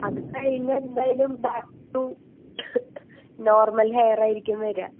അത് കഴിഞ്ഞ് എന്തായാലും ബാക്ക് ത്രൂ നോർമൽ ഹെയർ ആയിരിക്കും വരിക